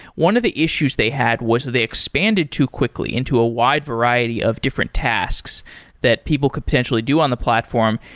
one of the issues they had was they expanded too quickly into a wide variety of different tasks that people could potentially do on the platform,